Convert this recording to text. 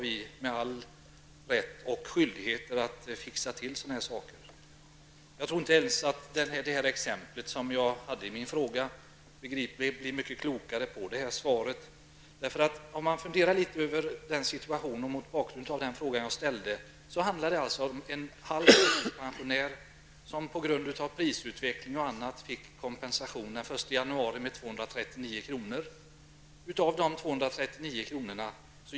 Vi har rätt och skyldighet att ordna till sådana saker. Utifrån det exempel jag hade i min fråga, blir man inte mycket klokare av det här svaret. Min fråga gällde en person med halv förtidspension som på grund av prisutveckling och annat fick kompensation den 1 januari med 239 kr. Av dessa 239 kr.